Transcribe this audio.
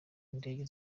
indege